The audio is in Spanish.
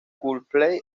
coldplay